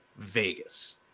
Vegas